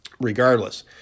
regardless